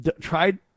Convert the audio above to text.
tried